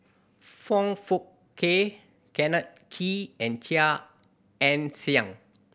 Foong Fook Kay Kenneth Kee and Chia Ann Siang